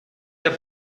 der